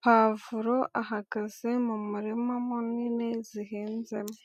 puwavuro, ahagaze mu murima munini zihinzemo.